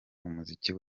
umuziki